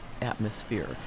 atmosphere